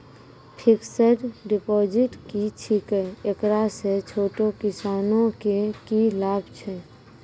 Fixed deposit की छिकै, एकरा से छोटो किसानों के की लाभ छै?